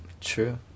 True